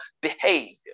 behavior